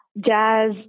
jazz